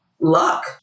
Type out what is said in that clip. luck